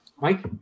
Mike